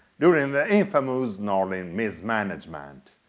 during the infamous norlin mismanagement.